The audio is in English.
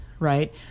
Right